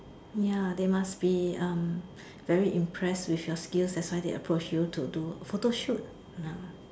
ya they must be um very impressed with your skills that's why they approach you to do photoshoot now